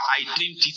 identity